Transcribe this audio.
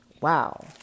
Wow